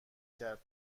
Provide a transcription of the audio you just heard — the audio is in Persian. کرد